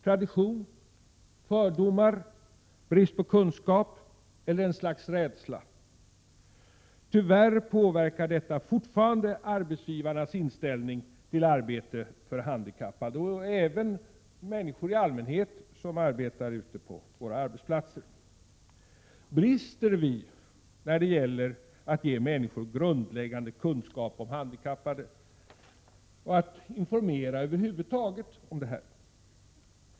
Tradition, fördomar, brist på kunskap, eller ett slags rädsla? Tyvärr påverkar detta fortfarande arbetsgivarnas inställning till arbete för handikappade, och det påverkar även människor i allmänhet ute på våra arbetsplatser. Brister vi när det gäller att ge människor grundläggande kunskap om handikappade, och att informera över huvud taget om handikappade?